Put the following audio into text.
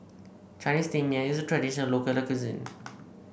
Chinese Steamed Yam is a traditional local cuisine